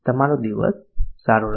તમારો દિવસ સારો રહે